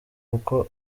uko